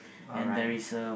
alright